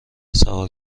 سوار